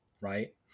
Right